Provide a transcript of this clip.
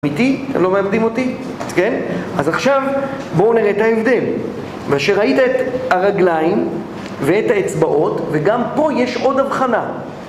שומעים אותי? אתם לא מאבדים אותי? כן? אז עכשיו בואו נראה את ההבדל. משראית את הרגליים ואת האצבעות, וגם פה יש עוד הבחנה.